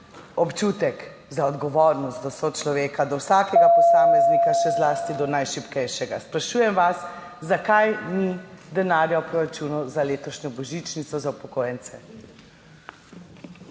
občutek za odgovornost do sočloveka, do vsakega posameznika, še zlasti do najšibkejšega? Sprašujem vas: Zakaj ni denarja v proračunu za letošnjo božičnico za upokojence?